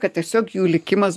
kad tiesiog jų likimas